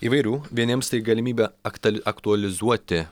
įvairių vieniems tai galimybė aktuali aktualizuoti